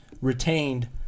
retained